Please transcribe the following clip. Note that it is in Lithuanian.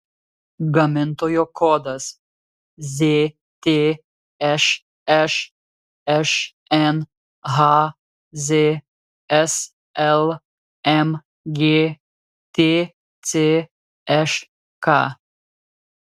gamintojo kodas ztšš šnhz slmg tcšk